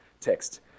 text